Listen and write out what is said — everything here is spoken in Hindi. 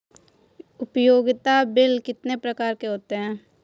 उपयोगिता बिल कितने प्रकार के होते हैं?